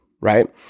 right